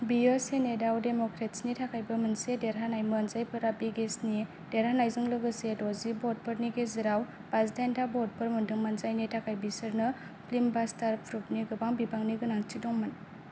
बियो सेनेटाव डेम'क्रेटसनि थाखायबो मोनसे देरहानायमोन जायफोरा बेगिचनि देरहानायजों लोगोसे द'जि भटफोरनि गेजेराव बाजि दाइन था भटफोर मोन्दोंमोन जायनि थाखाय बिसोरनो फिल्मबास्टर प्रूफनि गोबां बिबांसिननि गोनांथि दंमोन